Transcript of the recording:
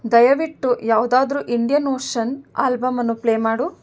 ದಯವಿಟ್ಟು ಯಾವುದಾದ್ರು Indian Ocean album ಅನ್ನು ಪ್ಲೇ ಮಾಡು